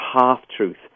half-truth